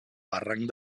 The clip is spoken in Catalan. barranc